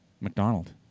McDonald